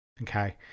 Okay